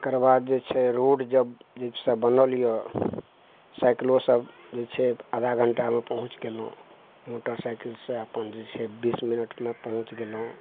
तकर बाद जे छै रोड जब जे सब बनल यऽ साइकिलो सब जे छै आधा घण्टामे पहुँच गेलहुँ मोटर साइकिल सँ अपन जे छै बीस मिनटमे पहुँच गेलहुँ